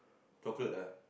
chocolate ah